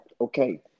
Okay